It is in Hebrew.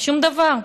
שום דבר.